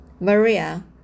Maria